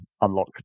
unlock